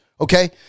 okay